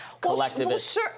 collectivist